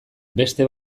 beste